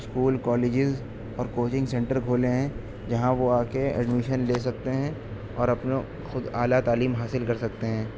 school colleges اور coaching centre کھولے ہیں جہاں وہ آکے ایڈمیشن لے سکتے ہیں اور اپنا خود اعلیٰ تعلیم حاصل کر سکتے ہیں